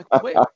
Wait